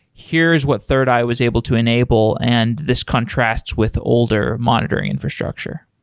here's what thirdeye was able to enable and this contrasts with older monitoring infrastructure?